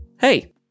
Hey